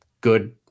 Good